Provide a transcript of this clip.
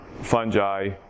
fungi